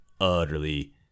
utterly